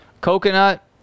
coconut